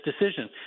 decision